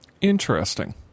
Interesting